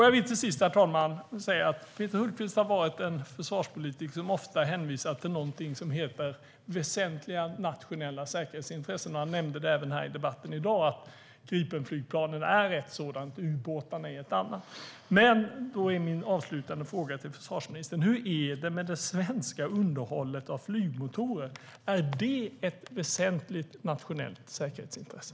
Jag vill till sist säga, herr talman, att Peter Hultqvist har varit en försvarspolitiker som ofta hänvisat till "väsentliga nationella säkerhetsintressen". Han nämnde även här i debatten i dag att Gripenflygplanen är ett sådant, och ubåtarna är ett annat. Då är min avslutande fråga till försvarsministern: Hur är det med det svenska underhållet av flygmotorer? Är det ett väsentligt nationellt säkerhetsintresse?